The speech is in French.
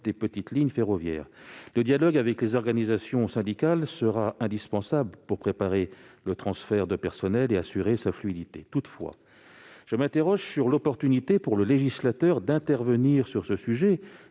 des petites lignes ferroviaires. Le dialogue avec les organisations syndicales sera indispensable pour préparer le transfert de personnel et assurer sa fluidité. Toutefois, je m'interroge sur l'opportunité pour le législateur d'intervenir sur ce sujet.